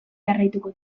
jarraituko